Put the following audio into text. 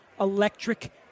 electric